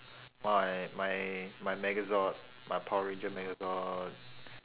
my my my megazord my power ranger megazord